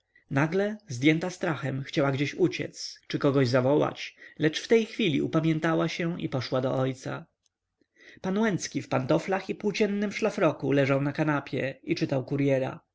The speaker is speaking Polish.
nagle zdjęta strachem chciała gdzieś uciec czy kogoś zawołać lecz w tej chwili upamiętała się i poszła do ojca pan łęcki w pantoflach i płóciennym szlafroku leżał na kanapie i czytał kuryera